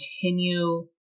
continue